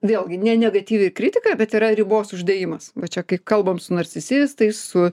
vėlgi ne negatyvi kritika bet yra ribos uždėjimas va čia kai kalbam su narcisistai su